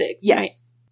Yes